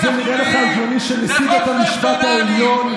זה נראה לך הגיוני שנשיא בית המשפט העליון,